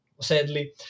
sadly